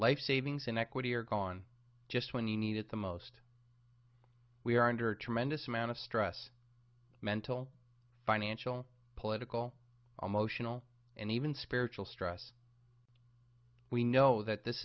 life savings and equity are gone just when you need it the most we are under tremendous amount of stress mental financial political all motional and even spiritual stress we know that this